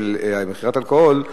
על מכירת אלכוהול,